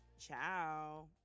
Ciao